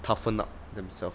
toughen up themselves